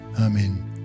Amen